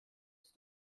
ist